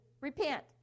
repent